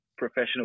professional